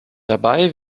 dabei